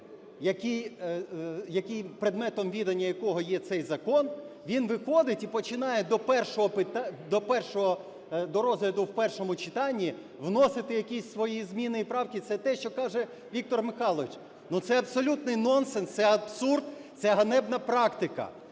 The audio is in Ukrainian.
який… предметом віддання якого є цей закон, він виходить і починає до розгляду в першому читанні вносити якісь свої зміни і правки. Це те, що каже Віктор Михайлович. Ну, це абсолютний нонсенс, це абсурд, це ганебна практика.